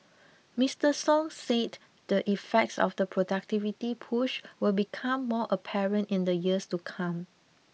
Mister Song said the effects of the productivity push will become more apparent in the years to come